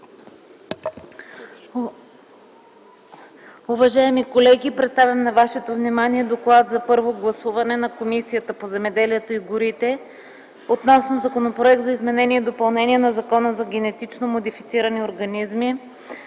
Уважаеми колеги, представям на вашето внимание „ДОКЛАД за първо гласуване на Комисията по земеделието и горите относно Законопроект за изменение и допълнение на Закона за генетично модифицирани организми,